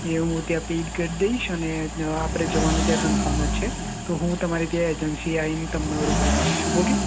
એ હું ત્યાં પૈડ કરી દઈશ અને આપણે ત્યાં જવાનું કન્ફર્મ જ છે તો હું તમારે ત્યાં એજન્સીએ આવીને તમને રૂબરૂ મળીશ ઓકે